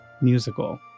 musical